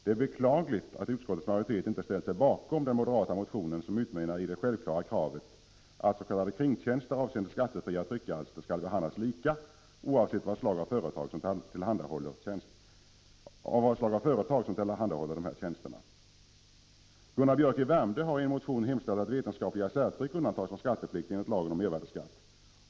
Det är beklagligt att utskottets majoritet inte har ställt sig bakom den moderata motionen som utmynnar i det självklara kravet att s.k. kringtjänster avseende skattefria tryckalster skall behandlas lika oavsett vilket slag av företag som tillhandahåller tjänsterna. Gunnar Biörck i Värmdö har i en motion hemställt att vetenskapliga särtryck undantas från skatteplikt enligt lagen om mervärdeskatt.